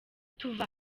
tuve